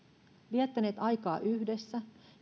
viettäneet aikaa yhdessä